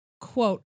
quote